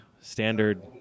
standard